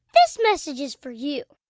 this message is for you